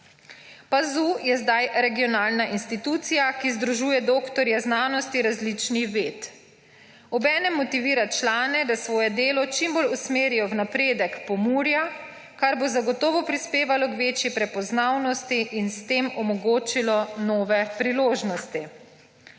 PAZU je zdaj regionalna institucija, ki združuje doktorje znanosti različnih ved. Obenem motivira člane, da svoje delo čim bolj usmerijo v napredek Pomurja, kar bo zagotovo prispevalo k večji prepoznavnosti in s tem omogočilo nove priložnost.